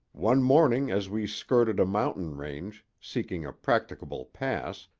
one morning as we skirted a mountain range, seeking a practicable pass,